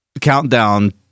countdown